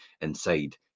inside